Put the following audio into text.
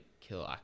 kill